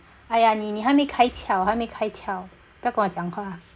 !aiya! 你你还没开窍还没开窍不要跟我讲话